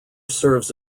serves